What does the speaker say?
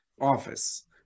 office